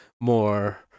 more